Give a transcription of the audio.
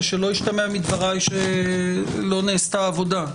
ושלא ישתמע מדבריי שלא נעשתה עבודה.